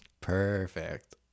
Perfect